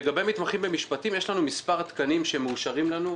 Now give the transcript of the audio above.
לגבי מתמחים במשפטים יש לנו מספר תקנים שמאושרים לנו,